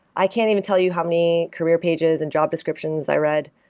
i can't even tell you how many career pages and job descriptions i read.